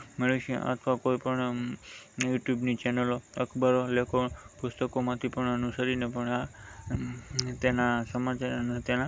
મેળવીએ છીએ અથવા કોઇપણ યુટ્યુબની ચૅનલો અખબારો લેખો પુસ્તકોમાંથી પણ અનુસરીને પણ આ તેના સમાચાર અને તેનાં